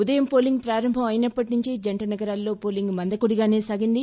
ఉదయం పోలింగు ప్రారంభం అయినప్పటి నుంచి జంటనగరాలలో పోలింగు మందకొడిగా సాగింది